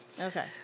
Okay